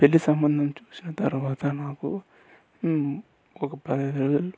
పెళ్లి సంబంధం చూసిన తర్వాత నాకు ఒక పదైదు రోజులు